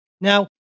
Now